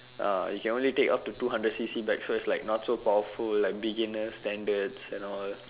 ah you can only take up to two hundred C_C back it's like not so powerful like beginner standards and all